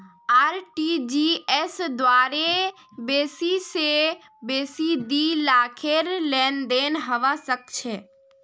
RTGS द्वारे बेसी स बेसी दी लाखेर लेनदेन हबा सख छ